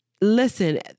listen